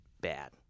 bad